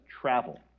travel